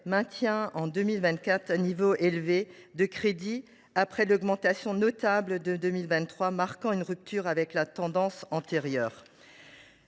maintient en 2024 un niveau élevé de crédits, après l’augmentation notable de 2023 qui avait marqué une rupture avec la tendance antérieure.